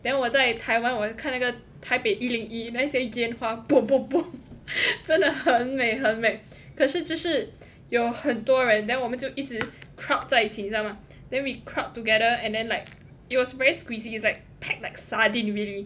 then 我在台湾我看那个台北一零一那些烟花 boom boom boom 真的很美很美可是只是有很多人 then 我们就一直 crowd 在一起你知道吗 then we crowd together and then like it was very squeezy it's like packed like sardines really